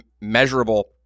measurable